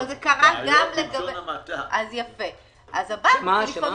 אבל זה קרה גם לגבי --- בעיות בלשון המעטה.